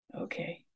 Okay